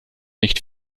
nicht